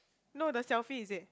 no the selfie is it